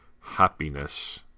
happiness